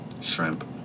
Shrimp